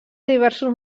diversos